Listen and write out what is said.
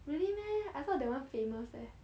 really meh I thought that one famous leh